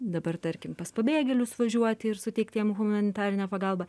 dabar tarkim pas pabėgėlius važiuoti ir suteikti jiem humanitarinę pagalbą